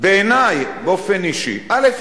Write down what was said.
בעיני באופן אישי, א.